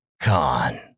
Con